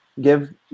give